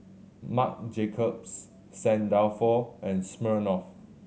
Marc Jacobs Saint Dalfour and Smirnoff